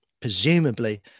Presumably